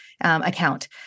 account